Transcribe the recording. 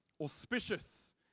auspicious